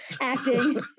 acting